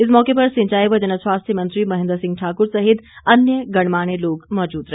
इस मौके पर सिंचाई व जनस्वास्थ्य मंत्री महेंद्र सिंह ठाकुर सहित अन्य गणमान्य लोग मौजूद रहे